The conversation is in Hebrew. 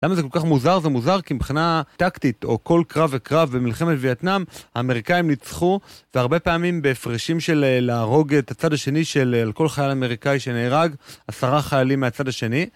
למה זה כל כך מוזר? זה מוזר כי מבחינה טקטית, או כל קרב וקרב במלחמת וייטנאם, האמריקאים ניצחו, והרבה פעמים בהפרשים של להרוג את הצד השני של כל חייל אמריקאי שנהרג, עשרה חיילים מהצד השני.